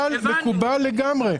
מקובל לגמרי.